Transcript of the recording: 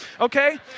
okay